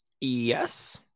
Yes